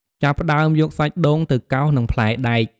ចាប់ផ្ដើមយកសាច់ដូងទៅកោសនឹងផ្លែដែក។